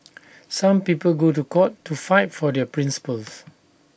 some people go to court to fight for their principles